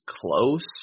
close